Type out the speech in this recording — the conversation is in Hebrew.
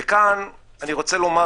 וכאן אני רוצה לומר,